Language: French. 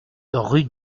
rue